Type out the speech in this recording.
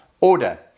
order